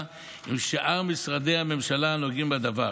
עם שאר משרדי הממשלה הנוגעים בדבר,